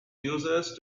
users